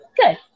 Good